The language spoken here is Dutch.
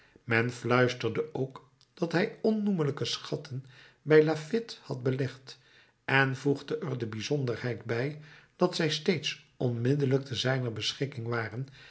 men fluisterde ook dat hij onnoemelijke schatten bij laffitte had belegd en voegde er de bijzonderheid bij dat zij steeds onmiddellijk te zijner beschikking waren